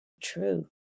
true